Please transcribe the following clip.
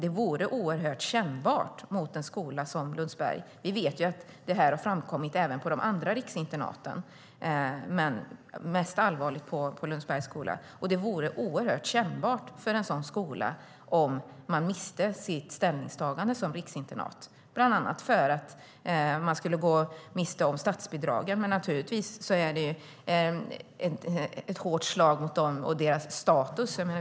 Det vore kännbart för en skola som Lundsberg - vi vet att det har framkommit även på de andra riksinternaten även om det är allvarligast på Lundsberg - om man miste sin ställning som riksinternat, bland annat för att man då skulle gå miste om statsbidragen. Men naturligtvis är det som har framkommit ett hårt slag mot dem och deras status.